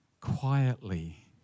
quietly